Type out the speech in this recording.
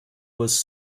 was